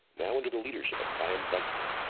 now under the leadership of chaim weizmann,